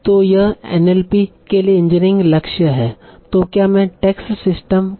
तो यह एनएलपी का इंजीनियरिंग लक्ष्य है और यही हम मुख्य रूप से इस एनएलपी पाठ्यक्रम में ध्यान केंद्रित करेंगे